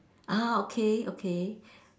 ah okay okay